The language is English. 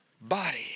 body